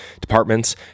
departments